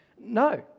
No